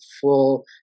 full